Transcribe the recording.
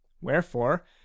Wherefore